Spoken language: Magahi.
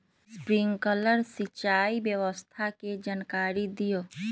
स्प्रिंकलर सिंचाई व्यवस्था के जाकारी दिऔ?